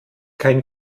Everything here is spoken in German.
kein